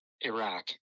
Iraq